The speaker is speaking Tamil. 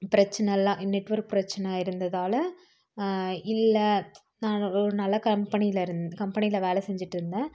பிரச்சனை எல்லாம் நெட்வொர்க் பிரச்சனை இருந்ததால் இல்லை நான் ரோ நல்ல கம்பெனியில் இருந் கம்பெனியில் வேலை செஞ்சுட்டு இருந்தேன்